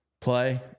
play